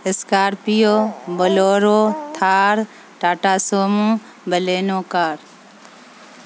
scorpio bolero Thar Tata sumo Baleno car